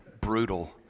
brutal